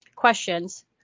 questions